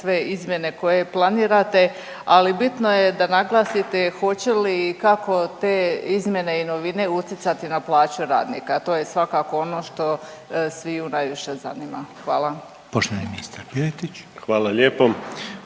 sve izmjene koje planirate, ali bitno je da naglasite hoće li i kako te izmjene i novine utjecati na plaću radnika, to je svakako ono što sviju najviše zanima, hvala. **Reiner, Željko